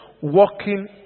walking